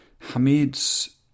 Hamid's